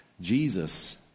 Jesus